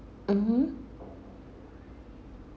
mmhmm